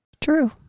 True